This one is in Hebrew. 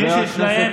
15,